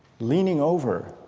leaning over